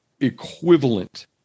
equivalent